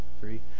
three